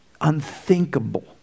unthinkable